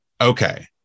okay